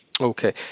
Okay